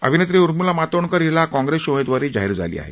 अभिनेत्री उर्मिला मातोंडकर हिला काँग्रेसची उमेदवारी जाहीर झाली आहे